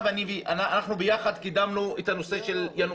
אנחנו יחד קידמנו את הנושא של יאנוח.